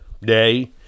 day